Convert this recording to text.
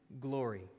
glory